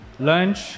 lunch